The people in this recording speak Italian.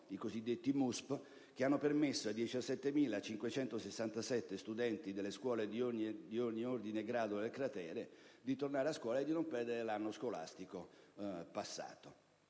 (i cosiddetti MUSP)**,** che hanno permesso a 17.567 studenti delle scuole di ogni ordine e grado del cratere di tornare a scuola e di non perdere l'anno scolastico passato.